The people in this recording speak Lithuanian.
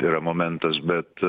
yra momentas bet